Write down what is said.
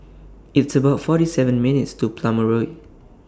It's about forty seven minutes' Walk to Plumer Road